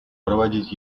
проводить